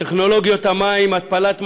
בטכנולוגיות המים, התפלת מים,